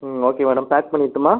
ம் okay madam pack பண்ணிட்டுமா